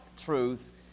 truth